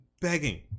begging